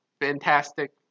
Fantastic